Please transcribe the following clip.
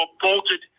bolted